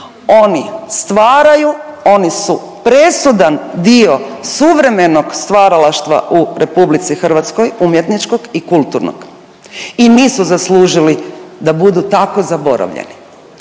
Oni stvaraju. Oni su presudan dio suvremenog stvaralaštva u Republici Hrvatskoj umjetničkog i kulturnog i nisu zaslužili da budu tako zaboravljeni.